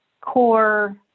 core